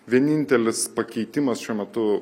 vienintelis pakeitimas šiuo metu